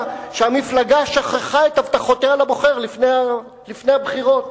שהמפלגה שכחה את הבטחותיה לבוחר לפני הבחירות.